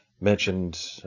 mentioned